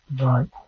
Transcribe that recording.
Right